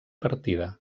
partida